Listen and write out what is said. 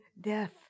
death